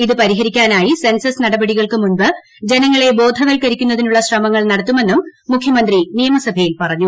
ഇത് പരിഹരിക്കാനായി സെൻസസ് നടപടികൾക്ക് മുൻപ് ജനങ്ങളെ ബോധവൽക്കരിക്കുന്നതിനുള്ള ശ്രമങ്ങൾ നടത്തുമെന്നും മുഖ്യമന്ത്രി നിയമസഭയിൽ ചോദ്യോത്തരവേളയിൽ പറഞ്ഞു